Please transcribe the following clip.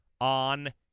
on